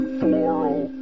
floral